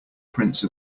prince